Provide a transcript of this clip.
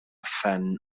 phen